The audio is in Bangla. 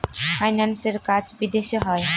ফাইন্যান্সের কাজ বিদেশে হয়